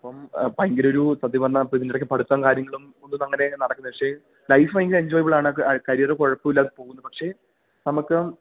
അപ്പം പയങ്കരൊരു സത്യം പറഞ്ഞ ഇപ്പ ഇതിൻ്റെടക്ക് പഠിത്തം കാര്യങ്ങളും ഒന്നും അങ്ങനെ നടക്കുന്ന് പക്ഷേ ലൈഫ് ഭയങ്കര എൻജോയബിളാണ് കരിയർ കുഴപ്പൂല്ലാതെ പോകുന്നു പക്ഷേ നമ്മക്ക്